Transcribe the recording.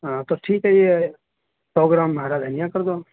ہاں تو ٹھیک ہے یہ سو گرام ہرا دھنیا کردو